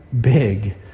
big